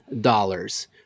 dollars